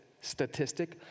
statistic